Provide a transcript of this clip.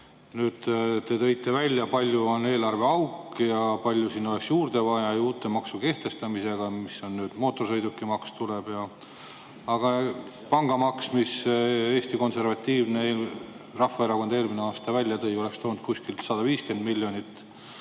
Nüüd, te tõite välja, kui [suur] on eelarveauk ja kui palju sinna oleks juurde vaja uute maksude kehtestamisega, mis on, nüüd tuleb mootorsõidukimaks. Aga pangamaks, mis Eesti Konservatiivne Rahvaerakond eelmine aasta välja tõi, oleks toonud kuskil 150 miljonit.